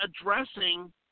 addressing